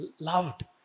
loved